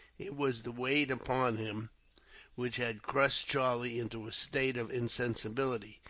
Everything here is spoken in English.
it was the weight upon him which had crushed charlie into a state of insensibility.